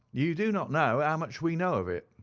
you do not know how much we know of it